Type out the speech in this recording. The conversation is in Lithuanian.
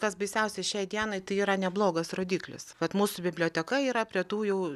kas baisiausia šiai dienai tai yra neblogas rodiklis vat mūsų biblioteka yra prie tų jau